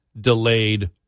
delayed